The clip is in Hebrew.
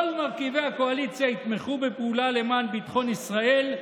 שכל מרכיבי הקואליציה יתמכו בפעולה למען ביטחון ישראל,